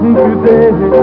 today